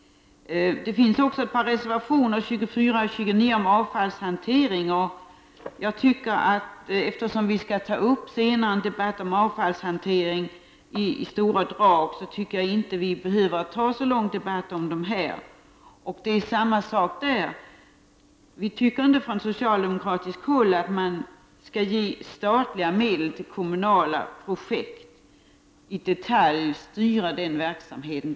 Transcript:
Det finns också ett par reservationer, 24 och 29, om avfallshantering. Eftersom vi senare skall ha en debatt om avfallshantering i stora drag, tycker jag inte att vi behöver föra någon lång debatt i den frågan nu. Det är samma sak där. Vi tycker inte från socialdemokratiskt håll att man skall ge statliga medel till kommunala projekt, i detalj styra verksamheten.